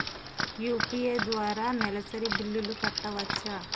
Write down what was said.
UPI ద్వారా నెలసరి బిల్లులు కట్టవచ్చా?